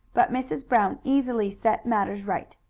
but mrs. brown easily set matters right.